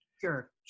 Sure